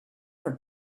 for